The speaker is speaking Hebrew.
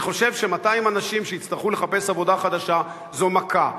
אני חושב ש-200 אנשים שיצטרכו לחפש עבודה חדשה זו מכה.